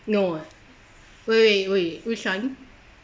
no ah wait wait wait which [one]